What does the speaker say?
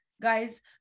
guys